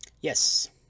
Yes